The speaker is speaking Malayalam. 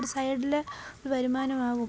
ഒരു സൈഡില് വരുമാനം ആവും